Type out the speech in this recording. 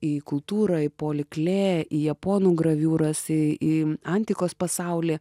į kultūrą į polį klė į japonų graviūras į į antikos pasaulį